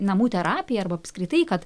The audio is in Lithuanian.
namų terapija arba apskritai kad